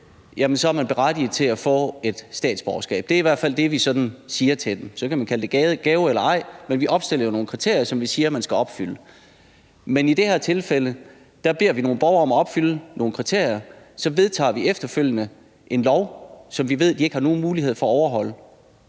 er de berettigede til at få et dansk statsborgerskab. Det er i hvert fald det, vi siger til dem. Så kan man kalde det en gave eller ej, men vi opstiller jo nogle kriterier, som vi siger, at de skal opfylde. Men i det her tilfælde beder vi nogle borgere om at opfylde nogle kriterier, og så vedtager vi efterfølgende en lov, som vi ved de ikke har nogen mulighed for at overholde.